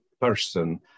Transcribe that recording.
person